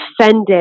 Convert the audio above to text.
offended